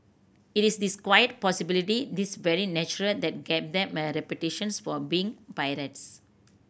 it is this quite this very natural that gave them a reputations for being pirates